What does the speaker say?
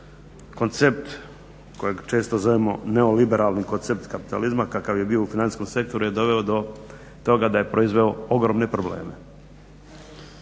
koncept kojeg često zovemo neoliberalni koncept kapitalizma kakav je bio u financijskom sektoru je doveo do toga da je proizveo ogromne probleme.